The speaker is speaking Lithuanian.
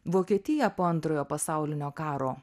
vokietiją po antrojo pasaulinio karo